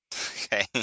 Okay